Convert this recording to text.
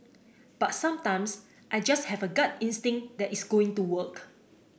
but sometimes I just have a gut instinct that it's going to work